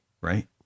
right